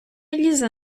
лізе